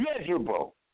measurable